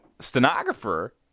stenographer